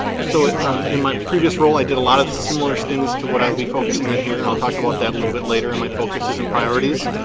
so um in my previous role i did a lot of similar things to what i'll be focusing on here and i'll talk about that a little bit later in my focuses and priorities